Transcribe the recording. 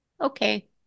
Okay